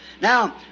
Now